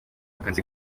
akazi